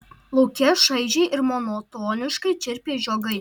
lauke šaižiai ir monotoniškai čirpė žiogai